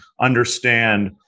understand